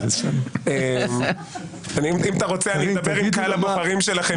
אם אתה רוצה, אני מדבר עם קהל הבוחרים שלכם אישית.